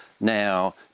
Now